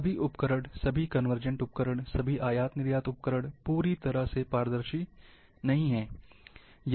सभी उपकरण सभी कन्वर्जेंट उपकरण सभी आयात निर्यात उपकरण पूरी तरह से पारदर्शी नहीं हैं